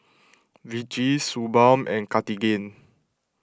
Vichy Suu Balm and Cartigain